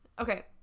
Okay